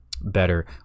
better